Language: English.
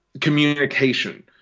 communication